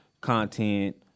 content